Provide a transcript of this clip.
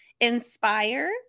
inspire